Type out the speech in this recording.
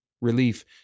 Relief